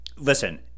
Listen